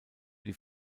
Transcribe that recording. die